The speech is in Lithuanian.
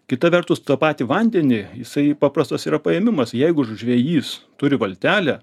kita vertus tą patį vandenį jisai paprastas yra paėmimas jeigu žvejys turi valtelę